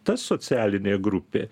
ta socialinė grupė